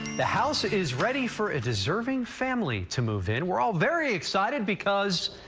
the house is ready for a deserving family to move and we're all very excited because.